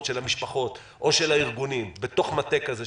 של המשפחות או של הארגונים בתוך מטה כזה,